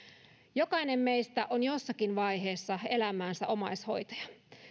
jokainen meistä on jossakin vaiheessa elämäänsä omaishoitaja